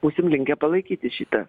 būsim linkę palaikyti šitą